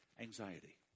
Anxiety